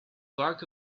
bark